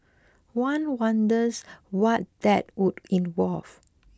one wonders what that would involve